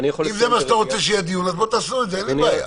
אם זה מה שאתם רוצים שיהיה בדיון תעשו את זה אין לי בעיה.